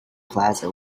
plaza